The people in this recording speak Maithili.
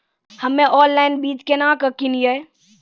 हम्मे ऑनलाइन बीज केना के किनयैय?